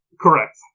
Correct